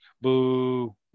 Boo